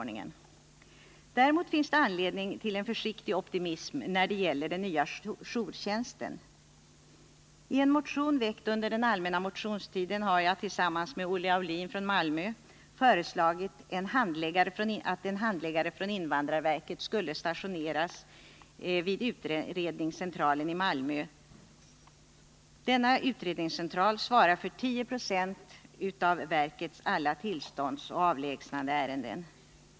Däremot finns anledning till en försiktig optimism när det gäller jourtjänsten. I en motion väckt under allmänna motionstiden har jag tillsammans med Olle Aulin föreslagit att en handläggare från invandrarverket skulle stationeras vid utredningscentralen i Malmö, som svarar för 10 9e av verkets samtliga tillståndsoch avlägsnandeärenden.